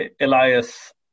elias